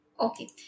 Okay